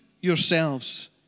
yourselves